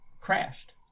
crashed